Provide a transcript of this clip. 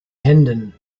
händen